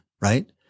right